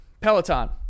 peloton